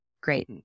Great